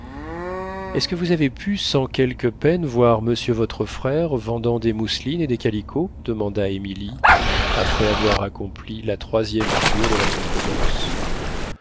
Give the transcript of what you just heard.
est-ce que vous avez pu sans quelque peine voir monsieur votre frère vendant des mousselines et des calicots demanda émilie après avoir accompli la troisième figure de la contredanse